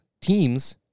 teams